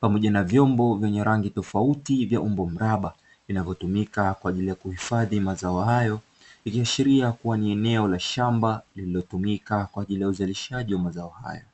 pamoja na vyombo vyenye rangi tofauti vya umbo mraba, vinavyotumika kwa ajili ya kuhifadhi mazao hayo ikiashiria kuwa ni eneo la shamba lililotumika kwa ajili ya uzalishaji wa mazao hayo.